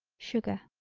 sugar.